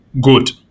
good